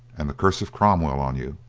and the curse of cromwell on you,